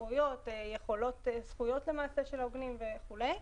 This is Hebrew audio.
זכויות, זכויות למעשה של העוגנים וכו'.